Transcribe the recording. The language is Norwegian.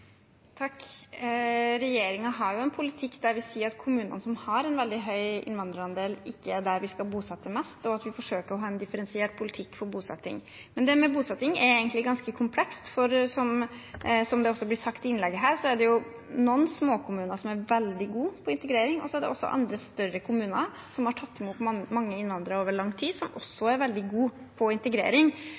har en politikk som sier at kommunene som har en veldig høy innvandrerandel, ikke er dem vi skal bosette flest i, og vi forsøker å ha en differensiert politikk på bosetting. Men bosetting er egentlig ganske komplekst, for som det også blir sagt i innlegget her, er det noen småkommuner som er veldig gode på integrering. Så er det andre, større kommuner som har tatt imot mange innvandrere over lang tid, som også er veldig gode på integrering.